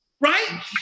right